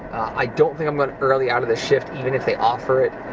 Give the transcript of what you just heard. i don't think i'm gonna early-out of this shift, even if they offer it.